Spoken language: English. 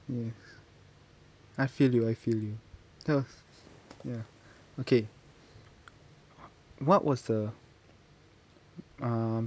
yes I feel you I feel you that was ya okay what was the um